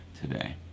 today